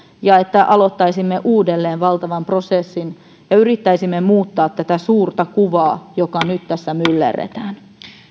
ja aloittaisimme uudelleen valtavan prosessin ja yrittäisimme muuttaa tätä suurta kuvaa joka nyt tässä myllerretään